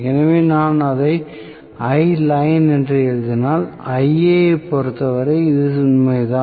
எனவே நான் இதை என்று எழுதினால் யைப் பொறுத்தவரை இதுவே உண்மைதான்